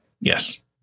Yes